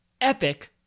epic